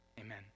Amen